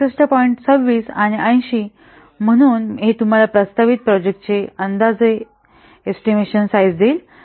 26 आणि 80 म्हणून हे तुम्हाला प्रस्तावित प्रोजेक्टचे अंदाजे साईझ देईल